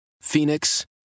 Phoenix